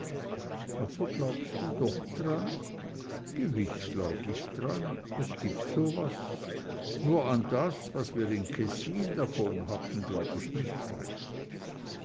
also glaubst du doch dran gewiß glaub ich dran es gibt so was nur an das was wir in kessin davon hatten glaub ich nicht recht